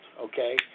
okay